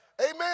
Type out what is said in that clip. Amen